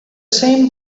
same